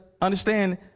understand